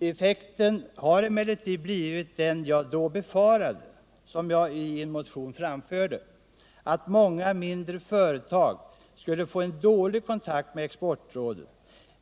Effekten har emellertid blivit den av mig i en motion befarade, att många mindre företag skulle få en dålig kontakt med Exportrådet.